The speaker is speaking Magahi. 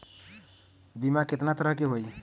बीमा केतना तरह के होइ?